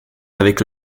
avec